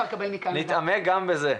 נתעמק גם בזה.